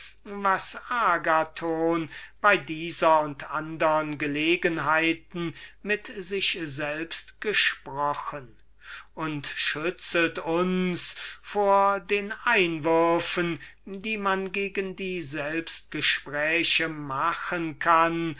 was agathon bei dieser und andern gelegenheiten mit sich selbst gesprochen und schützet uns gegen die einwürfe die man gegen die selbstgespräche machen kann